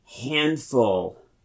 handful